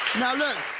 now look,